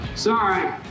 Sorry